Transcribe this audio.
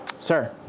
sir.